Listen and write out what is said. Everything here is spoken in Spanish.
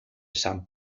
sant